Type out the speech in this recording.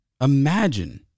Imagine